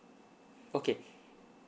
okay